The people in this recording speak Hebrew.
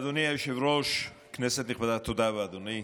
אדוני היושב-ראש, כנסת נכבדה, תודה רבה, אדוני.